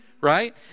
Right